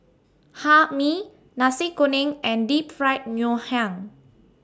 Hae Mee Nasi Kuning and Deep Fried Ngoh Hiang